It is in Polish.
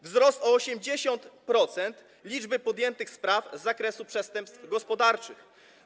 Wzrost o 80% liczby podjętych spraw z zakresu przestępstw gospodarczych.